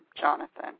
Jonathan